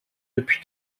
depuis